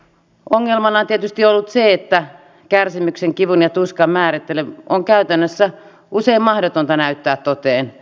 ongelmana on tietysti ollut se että kärsimyksen kivun ja tuskan määrittely on käytännössä usein mahdotonta näyttää toteen